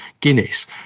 Guinness